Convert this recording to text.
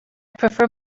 prefer